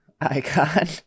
Icon